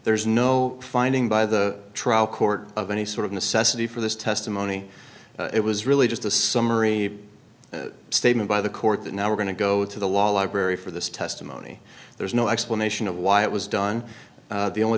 there's no finding by the trial court of any sort of necessity for this testimony it was really just a summary statement by the court that now we're going to go to the law library for this testimony there's no explanation of why it was done the only